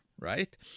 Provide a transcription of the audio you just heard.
right